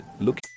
look